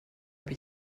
habe